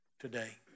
today